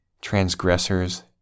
transgressors